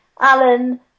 Alan